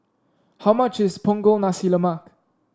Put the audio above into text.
how much is Punggol Nasi Lemak